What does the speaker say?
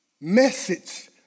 message